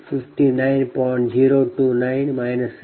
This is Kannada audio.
029 7027